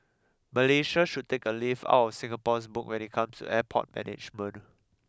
Malaysia should take a leaf out of Singapore's book when it comes to airport management